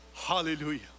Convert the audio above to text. Hallelujah